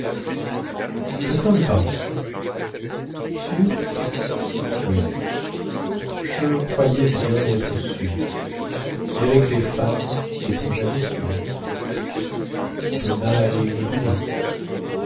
je tins le pari sûr oui je croyais bien être sûr mais avec les femmes est-on jamais sûr donna è